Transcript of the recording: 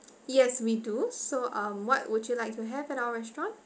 yes we do so um what would you like to have at our restaurant